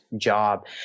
job